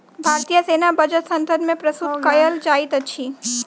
भारतीय सेना बजट संसद मे प्रस्तुत कयल जाइत अछि